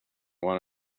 one